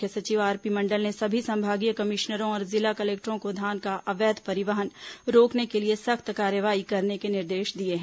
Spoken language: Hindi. मुख्य सचिव आरपी मंडल ने सभी संभागीय कमिश्नरों और जिला कलेक्टरों को धान का अवैध परिवहन रोकने के लिए सख्त कार्रवाई करने के निर्देश दिए हैं